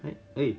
eh